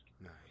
Nice